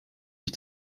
ich